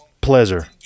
pleasure